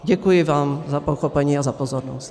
Děkuji vám za pochopení a za pozornost.